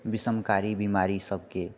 विषमकारी बीमारी सभके